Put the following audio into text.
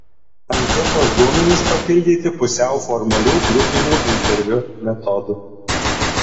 anketos duomenys papildyti pusiau formalių grupinių interviu metodu